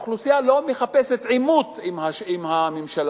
האוכלוסייה לא מחפשת עימות עם הממשלה.